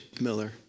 Miller